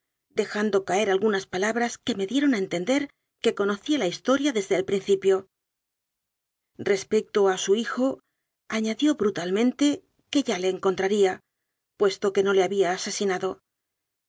dejando caer algunas palabras que me dieron a entender que conocía la historia desde el principio res pecto a su hijo añadió brutalmente que ya le encontraría puesto que no le había asesinado